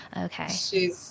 Okay